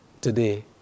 today